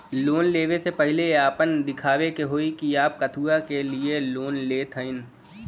Loan ले वे से पहिले आपन दिखावे के होई कि आप कथुआ के लिए लोन लेत हईन?